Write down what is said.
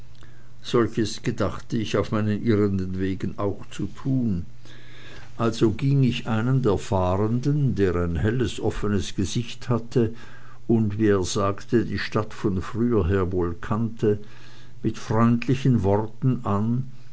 solches dachte ich auf meinen irrenden wegen auch zu tun also ging ich einen der fahrenden der ein helles offenes gesicht hatte und wie er sagte die stadt von früher her wohl kannte mit freundlichen worten an